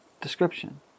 description